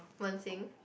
Wen-Xin